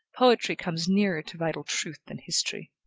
poetry comes nearer to vital truth than history.